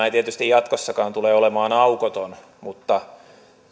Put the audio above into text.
ei tietysti jatkossakaan tule olemaan aukoton mutta